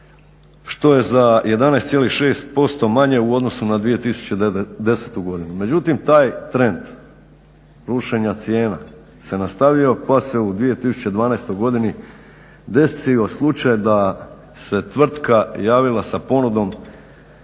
što je za 11,6% manje u odnosu na 2010.godinu. međutim taj trend rušenja cijena se nastavio pa se u 2012.godini desio slučaj da se tvrtka javila sa ponudom